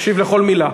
מקשיב לכל מילה.